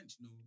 no